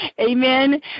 amen